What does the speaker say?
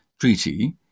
treaty